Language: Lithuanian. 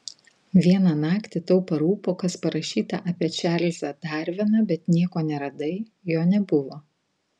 vieną naktį tau parūpo kas parašyta apie čarlzą darviną bet nieko neradai jo nebuvo